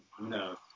no